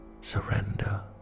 Surrender